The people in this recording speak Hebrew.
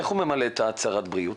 איך הוא ממלא את הצהרת הבידוד,